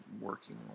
working